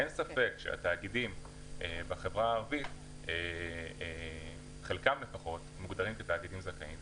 אין ספק שחלק מהתאגידים בחברה הערבית מוגדרים כתאגידים זכאים,